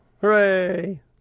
Hooray